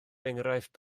enghraifft